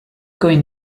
going